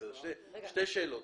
שתי שאלות.